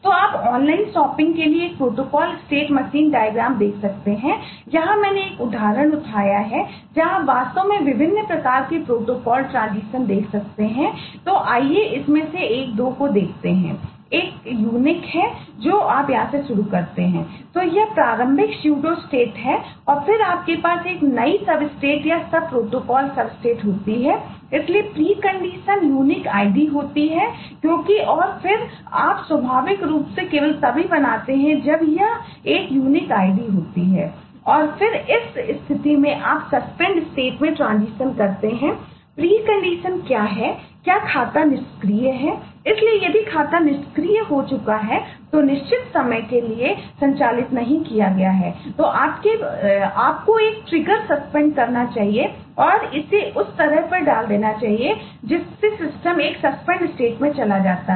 तो आप online shopping अद्वितीय id होती है क्योंकि और फिर आप स्वाभाविक रूप से केवल तभी बनाते हैं जब यह एक अद्वितीय id होती है